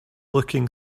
looking